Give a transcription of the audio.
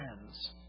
friends